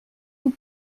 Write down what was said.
nous